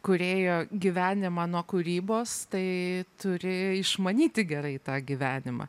kūrėjo gyvenimą nuo kūrybos tai turi išmanyti gerai tą gyvenimą